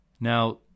now